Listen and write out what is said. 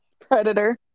Predator